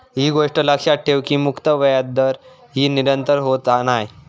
ही गोष्ट लक्षात ठेवा की मुक्त व्याजदर ही निरंतर होत नाय